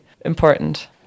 important